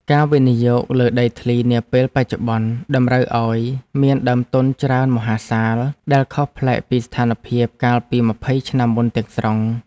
ការវិនិយោគលើដីធ្លីនាពេលបច្ចុប្បន្នតម្រូវឱ្យមានដើមទុនច្រើនមហាសាលដែលខុសប្លែកពីស្ថានភាពកាលពីម្ភៃឆ្នាំមុនទាំងស្រុង។